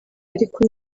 ariko